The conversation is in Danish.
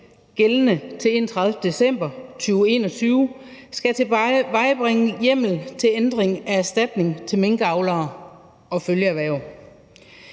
gældende til 31. december 2021 skal tilvejebringe hjemmel til ændring af erstatning til minkavlere og følgeerhverv.